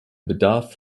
bedarf